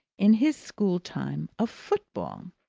in his school-time, of football.